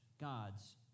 God's